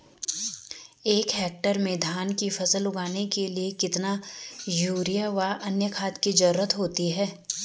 एक हेक्टेयर में धान की फसल उगाने के लिए कितना यूरिया व अन्य खाद की जरूरत होती है?